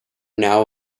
now